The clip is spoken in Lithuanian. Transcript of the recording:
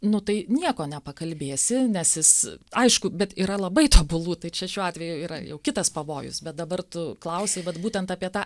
nu tai nieko nepakalbėsi nes jis aišku bet yra labai tobulų tai čia šiuo atveju yra jau kitas pavojus bet dabar tu klausei vat būtent apie tą